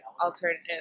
alternative